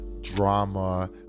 drama